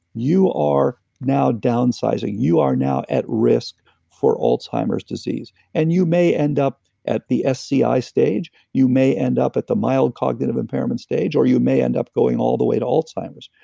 you are now downsizing, you are now at risk for alzheimer's disease. and you may end up at the sci stage. you may end up at the mild cognitive impairment stage, or you may end up going all the way to alzheimer's.